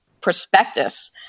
prospectus